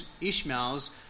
Ishmael's